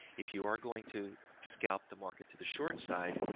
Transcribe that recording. if you are going to scalp the market to the short side,